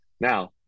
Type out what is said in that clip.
now